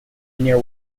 near